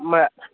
మ